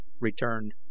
returned